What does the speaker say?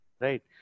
right